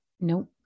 Nope